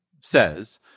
says